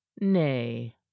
nay